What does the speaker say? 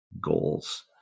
goals